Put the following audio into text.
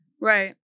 Right